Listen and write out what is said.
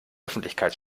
öffentlichkeit